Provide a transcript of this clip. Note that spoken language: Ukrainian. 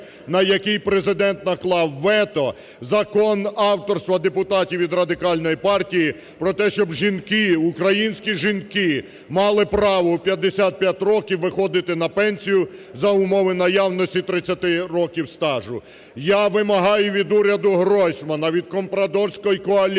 на який Президент наклав вето, закон авторства депутатів від Радикальної партії про те, щоб жінки, українські жінки мали право у 55 років виходити на пенсію за умови наявності 30 років стажу. Я вимагаю від уряду Гройсмана, від компрадорської коаліції